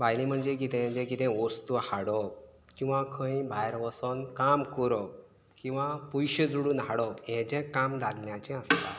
भायले म्हणजे कितें जें कितें वस्तू हाडप किंवां खंय भायर वचून काम करप किंवां पयशे जोडून हाडप हें जें काम दादल्यांचें आसता